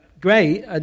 great